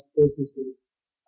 businesses